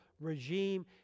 regime